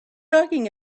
talking